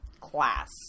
class